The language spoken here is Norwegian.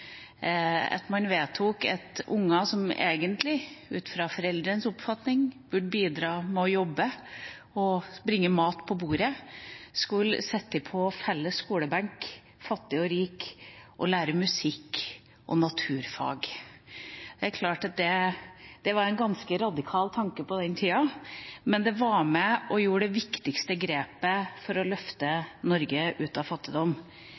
at man vedtok at unger som egentlig, ut fra foreldrenes oppfatning, burde bidra med å jobbe og bringe mat på bordet, ble satt på felles skolebenk, fattig og rik, for å lære musikk og naturfag. Det er klart at det var en ganske radikal tanke på den tida, men det var med og gjorde det viktigste grepet for å løfte Norge ut av fattigdom.